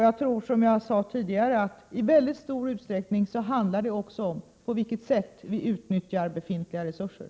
Jag tror, som jag sade tidigare, att det i mycket stor utsträckning också handlar om på vilket sätt vi utnyttjar befintliga resurser.